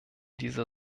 dieser